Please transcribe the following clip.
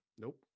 Nope